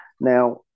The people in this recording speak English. Now